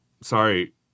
sorry